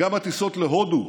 גם הטיסות להודו,